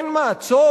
אין מעצור?